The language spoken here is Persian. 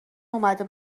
اومده